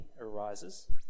arises